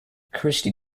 kirsty